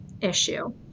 issue